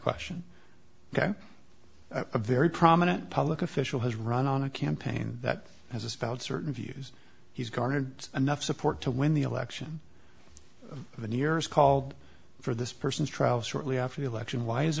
question ok a very prominent public official has run on a campaign that has felt certain views he's garnered enough support to win the election of a new years called for this person's trial shortly after the election w